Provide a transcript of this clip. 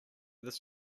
this